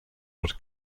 would